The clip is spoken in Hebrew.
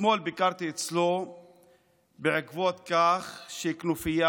אתמול ביקרתי אצלו בעקבות זה שכנופיה